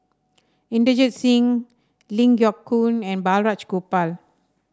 Inderjit Singh Ling Geok Choon and Balraj Gopal